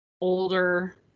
older